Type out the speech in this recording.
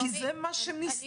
כי זה מה שמסתמן.